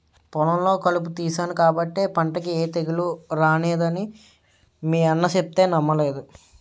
పొలంలో కలుపు తీసేను కాబట్టే పంటకి ఏ తెగులూ రానేదని మీ అన్న సెప్తే నమ్మలేదు